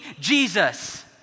Jesus